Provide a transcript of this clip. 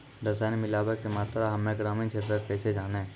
रसायन मिलाबै के मात्रा हम्मे ग्रामीण क्षेत्रक कैसे जानै?